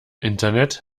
internet